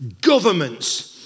governments